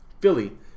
Philly